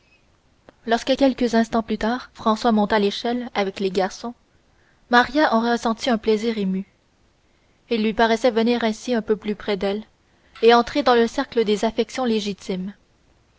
lorsque quelques instants plus tard françois monta l'échelle avec les garçons maria en ressentit un plaisir ému il lui paraissait venir ainsi un peu plus près d'elle et entrer dans le cercle des affections légitimes